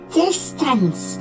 distance